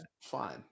fine